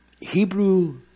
Hebrew